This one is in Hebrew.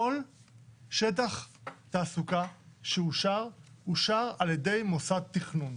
כל שטח תעסוקה שאושר, אושר על ידי מוסד תכנון,